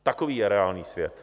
Takový je reálný svět.